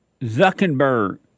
Zuckerberg